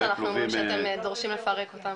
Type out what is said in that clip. זה לא מה שאנחנו אומרים, שאתם דורשים לפרק אותם.